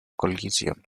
coliseum